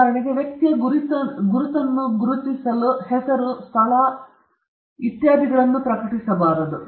ಉದಾಹರಣೆಗೆ ವ್ಯಕ್ತಿಯ ಗುರುತನ್ನು ಗುರುತಿಸಲು ಹೆಸರು ಸ್ಥಳದಿಂದ ಇರುವ ಸ್ಥಳ ಮತ್ತು ಇತರ ಎಲ್ಲ ವಿವರಗಳನ್ನು ಸಂಶೋಧಕರು ಪ್ರಕಟಿಸಬಾರದು